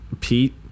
Pete